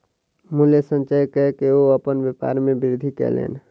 मूल्य संचय कअ के ओ अपन व्यापार में वृद्धि कयलैन